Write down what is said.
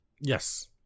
Yes